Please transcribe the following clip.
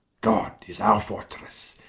god is our fortresse,